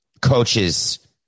coaches